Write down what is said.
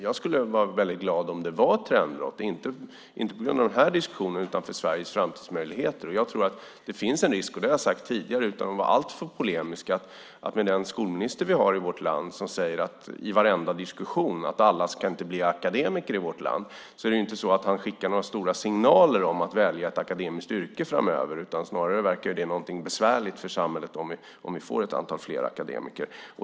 Jag skulle vara väldigt glad om det var ett trendbrott, inte på grund av den här diskussionen utan för Sveriges framtidsmöjligheter. Utan att vara allt för polemisk kan jag säga att med den skolminister vi har i vårt land, som i varenda diskussion säger att alla ska inte bli akademiker, är det inte några stora signaler som skickas ut om att välja ett akademiskt yrke framöver. Det verkar snarare vara något besvärligt för samhället att få ett större antal akademiker.